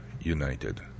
united